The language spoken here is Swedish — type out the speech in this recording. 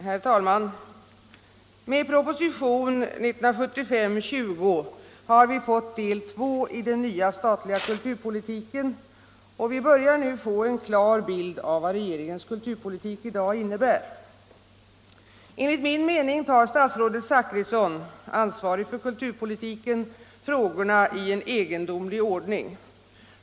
Herr talman! Med proposition 1975:20 har vi fått del 2 i den nya statliga kulturpolitiken och börjar nu få en klar bild av vad regeringens kulturpolitik i dag innebär. Enligt min mening tar statsrådet Zachrisson — ansvarig för kulturpolitiken — frågorna i en egendomlig ordning.